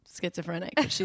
schizophrenic